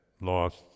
lost